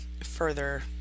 further